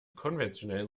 konventionellen